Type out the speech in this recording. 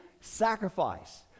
sacrifice